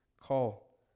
call